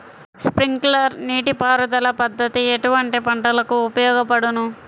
Sprinkler నీటిపారుదల పద్దతి ఎటువంటి పంటలకు ఉపయోగపడును?